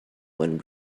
when